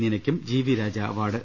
നീനയ്ക്കും G V Raja award